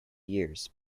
years